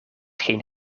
geen